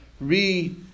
re